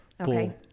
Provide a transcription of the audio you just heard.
Okay